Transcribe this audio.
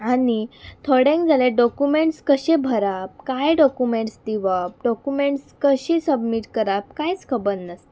आनी थोड्यांक जाल्यार डॉक्युमँट्स कशे भरप कांय डॉक्युमँट्स दिवप डॉक्युमँट्स कशें सबमीट करप कांयच खबर नासता